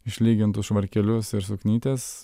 išlygintus švarkelius ir suknytes